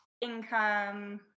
income